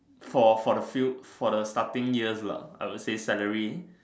for for the few for the starting years lah I would say salary